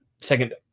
second